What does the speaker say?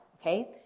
okay